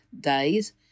days